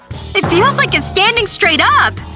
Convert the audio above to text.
it feels like it's standing straight up!